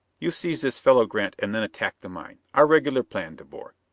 you seize this fellow grant, and then attack the mine. our regular plan, de boer.